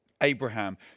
Abraham